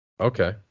Okay